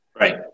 Right